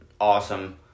awesome